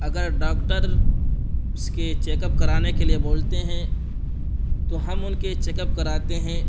اگر ڈاکٹر اس کے چیکپ کرانے کے لیے بولتے ہیں تو ہم ان کے چیکپ کراتے ہیں